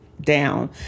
down